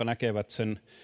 näkevät sen